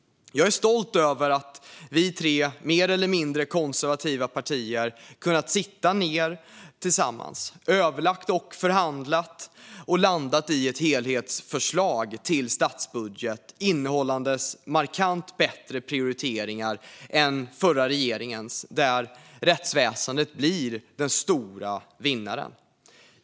Jag är stolt över att vi tre, mer eller mindre, konservativa partier har kunnat sitta ned tillsammans och överlägga, förhandla och landa i ett helhetsförslag till statsbudget innehållande markant bättre prioriteringar än förra regeringens. Rättsväsendet blir den stora vinnaren.